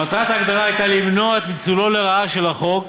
מטרת ההגדרה הייתה למנוע את ניצולו לרעה של החוק